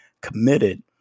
committed